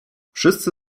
wszyscy